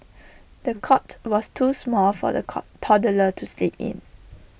the cot was too small for the cold toddler to sleep in